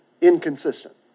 inconsistent